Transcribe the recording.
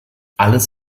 alles